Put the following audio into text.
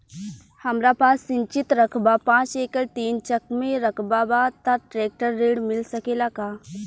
हमरा पास सिंचित रकबा पांच एकड़ तीन चक में रकबा बा त ट्रेक्टर ऋण मिल सकेला का?